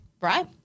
right